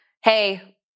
hey